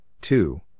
two